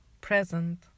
present